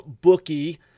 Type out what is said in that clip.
Bookie